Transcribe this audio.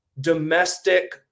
domestic –